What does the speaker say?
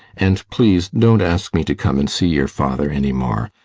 and please don't ask me to come and see your father any more.